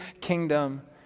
kingdom